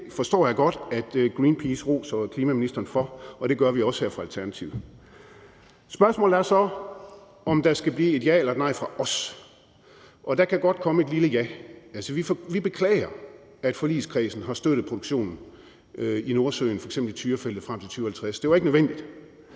det forstår jeg godt at Greenpeace roser klimaministeren for; det gør vi også fra Alternativets side. Spørgsmålet er så, om der skal blive et ja eller nej fra os, og der kan godt komme et lille ja. Altså, vi beklager, at forligskredsen har støttet produktionen i Nordsøen, f.eks. i Tyrafeltet, frem til 2050. Det var ikke nødvendigt,